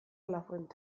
lafuente